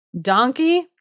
Donkey